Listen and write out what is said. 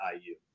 IU